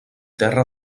terra